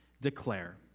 declare